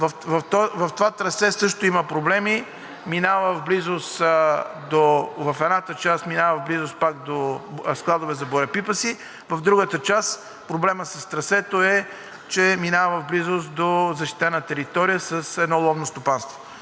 В това трасе също има проблеми – в едната част минава отново до складове за боеприпаси, а в другата част проблемът с трасето е, че минава в близост до защитена територия с едно ловно стопанство.